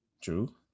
true